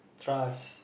trust